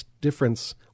difference